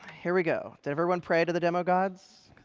here we go. did everyone pray to the demo gods?